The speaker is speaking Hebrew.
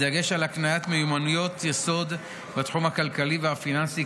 בדגש על הקניית מיומנויות יסוד בתחום הכלכלי והפיננסי,